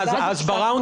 ובסיבוב